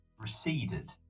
receded